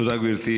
תודה, גברתי.